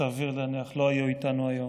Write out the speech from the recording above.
סביר להניח, לא היו איתנו כאן היום.